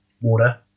water